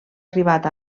arribat